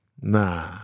nah